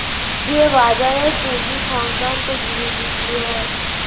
যে বাজারে পুঁজি সংক্রান্ত জিনিস বিক্রি হয়